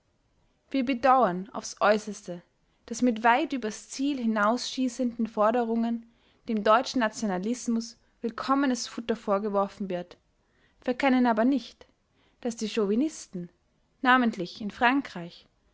wir bedauern aufs äußerste daß mit weit übers ziel hinausschießenden forderungen dem deutschen nationalismus willkommenes futter vorgeworfen wird verkennen aber nicht daß die chauvinisten namentlich in frankreich